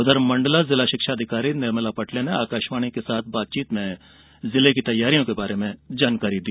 उधर मंडला जिला शिक्षा अधिकारी निर्मला पटले ने आकाशवाणी के साथ बातचीत में जिले में की गई तैयारियों के बारे में जानकारी दी